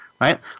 Right